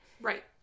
Right